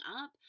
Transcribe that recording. up